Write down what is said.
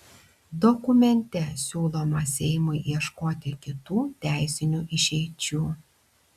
dokumente siūloma seimui ieškoti kitų teisinių išeičių